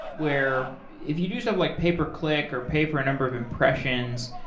where if you do stuff like pay per click or pay for a number of impressions,